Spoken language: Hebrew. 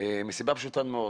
מסיבה פשוטה מאוד: